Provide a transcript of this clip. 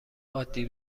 عادی